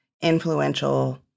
influential